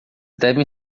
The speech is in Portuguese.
devem